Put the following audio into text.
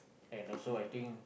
and also I think